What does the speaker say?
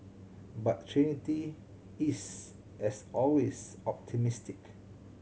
but Trinity is as always optimistic